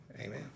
amen